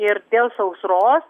ir dėl sausros